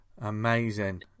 Amazing